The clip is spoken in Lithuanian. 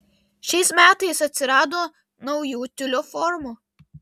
šiais metais atsirado naujų tiulio formų